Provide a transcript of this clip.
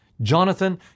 Jonathan